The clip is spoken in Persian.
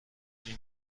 این